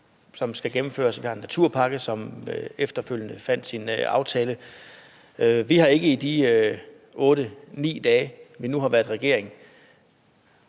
som skal gennemføres, og at vi har en naturpakke, som der efterfølgende blev indgået aftale om. Vi har ikke i de 8-9 dage, vi nu har været i regering,